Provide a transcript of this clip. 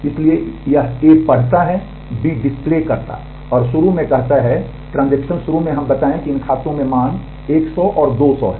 इसलिए यह A पढ़ता है B डिस्प्ले करता और शुरू में कहता है कि ट्रांजेक्शन शुरू में हम बताएं कि इन खातों में मान 100 और 200 हैं